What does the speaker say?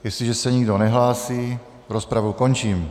Jestliže se nikdo nehlásí, rozpravu končím.